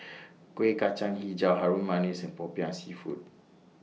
Kuih Kacang Hijau Harum Manis and Popiah Seafood